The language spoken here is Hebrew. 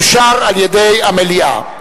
אושר על-ידי המליאה.